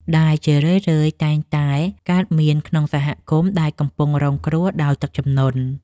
ដែលជារឿយៗតែងតែកើតមានក្នុងសហគមន៍ដែលកំពុងរងគ្រោះដោយទឹកជំនន់។